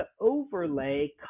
overlay